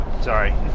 Sorry